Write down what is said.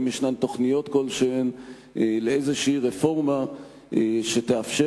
האם יש תוכניות כלשהן לאיזו רפורמה שתאפשר